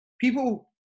People